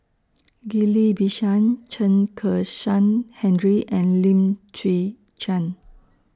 Ghillie BaSan Chen Kezhan Henri and Lim Chwee Chian